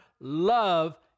love